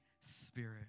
Spirit